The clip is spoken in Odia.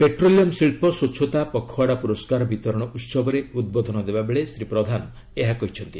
ପେଟ୍ରୋଲିୟମ୍ ଶିଳ୍ପ ସ୍ପଚ୍ଚତା ପଖୱାଡା ପୁରସ୍କାର ବିତରଣ ଉତ୍ବୋଧନ ଦେବା ବେଳେ ଶ୍ରୀ ପ୍ରଧାନ ଏହା କହିଛନ୍ତି